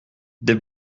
des